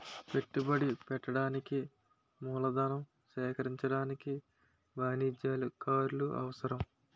పెట్టుబడి పెట్టడానికి మూలధనం సేకరించడానికి వాణిజ్యకారులు అవసరం